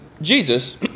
Jesus